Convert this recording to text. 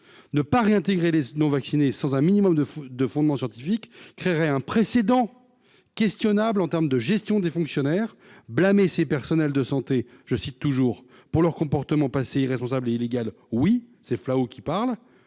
ne pas réintégrer les non vaccinés sans un minimum de de fondement scientifique créerait un précédent questionnable en termes de gestion des fonctionnaires blâmer ses personnels de santé. Je cite toujours pour leur comportement passé irresponsable et illégal, oui c'est Flo qui parle,